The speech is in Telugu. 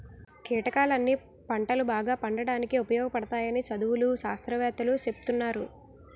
కీటకాలన్నీ పంటలు బాగా పండడానికి ఉపయోగపడతాయని చదువులు, శాస్త్రవేత్తలూ సెప్తున్నారు